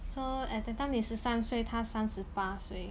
so at that time 你十三岁她三十八岁